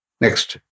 Next